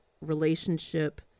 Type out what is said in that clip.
relationship